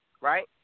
right